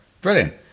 Brilliant